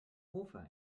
hofer